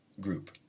group